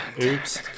Oops